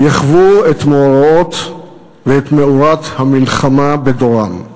יחוו את מוראות המלחמה בדורם: